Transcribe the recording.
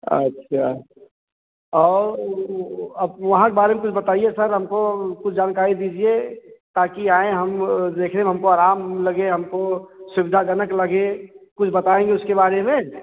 अच्छा और ओ अब वहाँ के बारे में कुछ बताईए सर हमको कुछ जानकारी दीजिए ताकि आएं हम देखने म हमको अराम लगे हमको सुविधाजनक लगे कुछ बताएंगे उसके बारे में